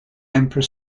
emperor